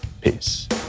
peace